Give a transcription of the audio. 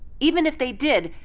even if they did,